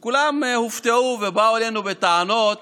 כולם הופתעו ובאו אלינו בטענות